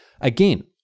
Again